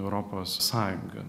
europos sąjunga